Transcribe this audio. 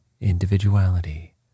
individuality